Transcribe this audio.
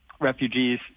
refugees